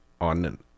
on